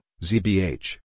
Zbh